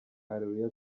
areruya